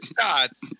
shots